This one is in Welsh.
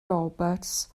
roberts